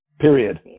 Period